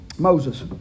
Moses